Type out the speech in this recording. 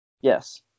Yes